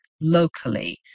locally